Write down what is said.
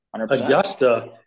Augusta